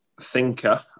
thinker